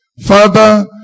Father